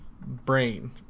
brain